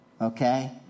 okay